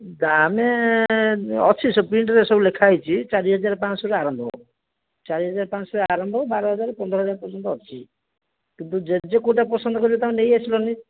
ଦାମ୍ ଅଛି ସେ ପ୍ରିଣ୍ଟରେ ସବୁ ଲେଖାହେଇଛି ଚାରିହଜାର ପାଞ୍ଚଶହରୁ ଆରମ୍ଭ ଚାରିହଜାର ପାଞ୍ଚଶହରୁ ଆରମ୍ଭ ବାରହଜାର ପନ୍ଦରହଜାର ପର୍ଯ୍ୟନ୍ତ ଅଛି କିନ୍ତୁ ଜେଜେ କେଉଁଟା ପସନ୍ଦ କରିବେ ତାଙ୍କୁ ନେଇଆସିଲନି